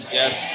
Yes